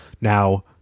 now